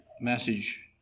message